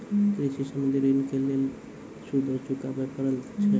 कृषि संबंधी ॠण के लेल सूदो चुकावे पड़त छै?